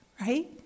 right